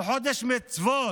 הוא חודש מצוות,